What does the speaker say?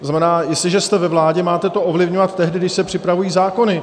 To znamená, jestliže jste ve vládě, máte to ovlivňovat tehdy, když se připravují zákony.